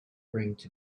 bring